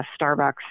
Starbucks